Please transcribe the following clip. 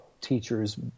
teachers